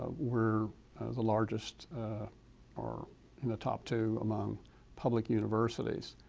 we're the largest or in the top two among public universities.